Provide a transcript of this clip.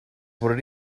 what